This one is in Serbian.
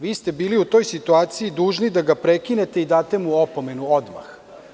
Vi ste bili u toj situaciji dužni da ga prekinete i date mu opomenu odmah.